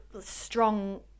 strong